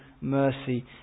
mercy